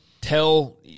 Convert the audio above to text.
tell